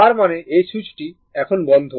তার মানে এই সুইচটি এখন বন্ধ